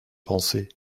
pensé